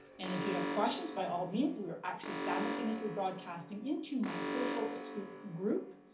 and if you have questions, by all means, we are actually simultaneously broadcasting into my social scoop group,